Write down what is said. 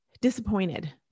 disappointed